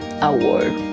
Award